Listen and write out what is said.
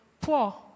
poor